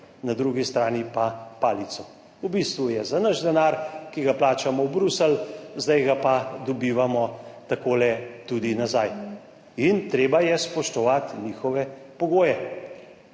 na drugi strani pa palico. V bistvu je za naš denar, ki ga plačamo v Bruselj, zdaj ga pa dobivamo takole tudi nazaj. In treba je spoštovati njihove pogoje.